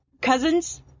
cousins